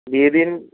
দিয়ে দিন